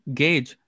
gauge